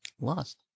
lost